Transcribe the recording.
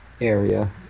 area